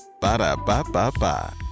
Ba-da-ba-ba-ba